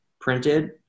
printed